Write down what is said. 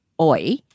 Oi